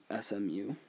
SMU